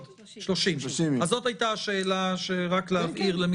שאותה התפלגות תיחשב התפלגות לגיטימית,